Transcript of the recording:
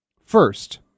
First